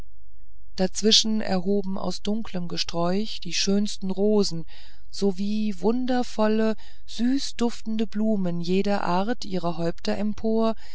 dazwischen erhoben aus dunklem gesträuch die schönsten rosen sowie wundervolle süßduftende blumen jeder art ihre häupter empor